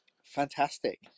fantastic